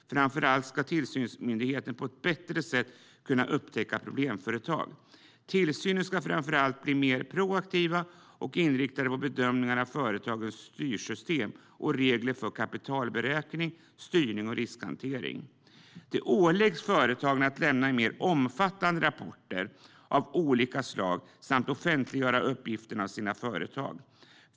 Framför allt ska tillsynsmyndigheten på ett bättre sätt kunna upptäcka problemföretag. Tillsynen ska framför allt bli mer proaktiv och inriktad på bedömningar av företagens styrsystem och regler för kapitalberäkning, styrning och riskhantering. Det åläggs företagen att lämna mer omfattande rapporter av olika slag samt offentliggöra uppgifter om företagen.